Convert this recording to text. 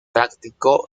practicó